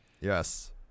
yes